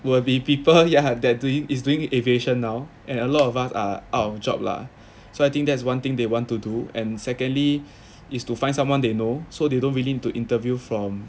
will be people ya that doing is doing aviation now and a lot of us are out of job lah so I think that's one thing they want to do and secondly is to find someone they know so they don't really need to interview from